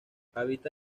habita